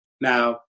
Now